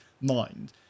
mind